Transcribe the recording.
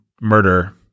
murder